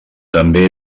també